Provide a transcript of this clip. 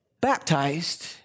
baptized